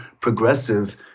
progressive